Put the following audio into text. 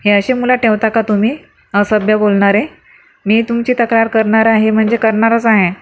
हे अशी मुलं ठेवता का तुम्ही असभ्य बोलणारे मी तुमची तक्रार करणार आहे म्हणजे करणारच आहे